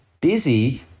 busy